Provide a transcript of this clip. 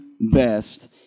best